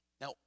Now